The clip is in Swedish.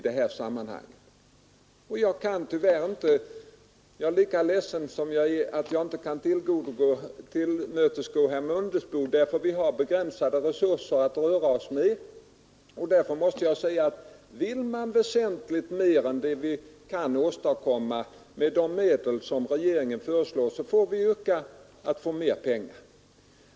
Jag är lika ledsen som jag var när det gällde herr Mundebo för att jag inte kan tillmötesgå önskemålen. Vi har begränsade resurser att röra oss med. Därför måste jag säga att vill man åstadkomma väsentligt mer än vi kan göra med de medel som regeringen föreslår får ni yrka att få mera pengar.